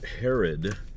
Herod